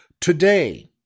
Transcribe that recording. Today